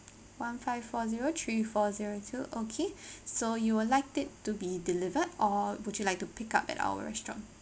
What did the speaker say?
one five four zero three four zero two okay so you would like it to be delivered or would you like to pick up at our restaurant